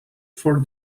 for